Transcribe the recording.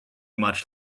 much